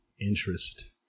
interest